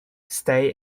stay